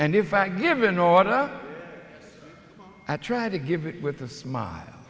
and if i give an order i try to give it with a smile